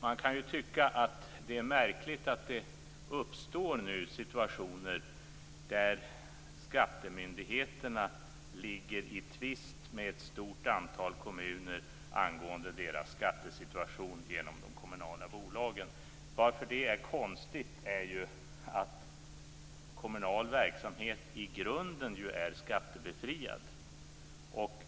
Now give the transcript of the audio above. Man kan tycka att det är märkligt att det uppstår situationer där skattemyndigheterna ligger i tvist med ett stort antal kommuner angående deras skattesituation genom de kommunala bolagen. Skälet till att det är konstigt är att kommunal verksamhet i grunden ju är skattebefriad.